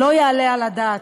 לא יעלה על הדעת.